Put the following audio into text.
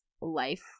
life